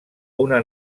una